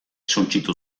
suntsitu